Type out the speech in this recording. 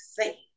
say